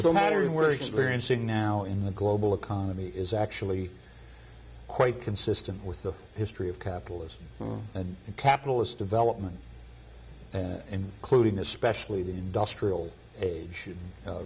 so matter where experiencing now in the global economy is actually quite consistent with the history of capitalism and the capitalist development and clothing especially the industrial age